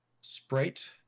sprite